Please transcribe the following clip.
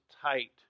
tight